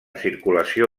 circulació